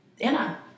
Anna